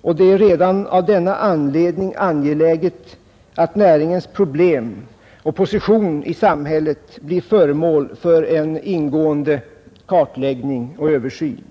och det är redan av denna anledning angeläget att näringens problem och position i samhället blir föremål för en ingående kartläggning och översyn.